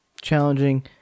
challenging